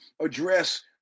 address